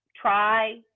try